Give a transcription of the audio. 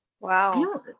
Wow